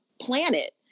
planet